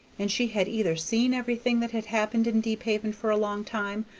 and she had either seen everything that had happened in deephaven for a long time,